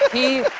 he